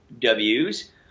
Ws